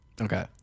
okay